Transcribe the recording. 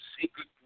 secret